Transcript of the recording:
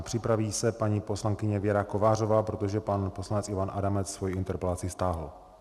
Připraví se paní poslankyně Věra Kovářová, protože pan poslanec Ivan Adamec svoji interpelaci stáhl.